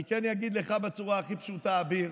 אני כן אגיד לך בצורה הכי פשוטה, אביר,